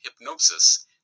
hypnosis